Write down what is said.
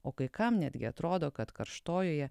o kai kam netgi atrodo kad karštojoje